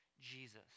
Jesus